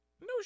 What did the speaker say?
No